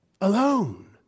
alone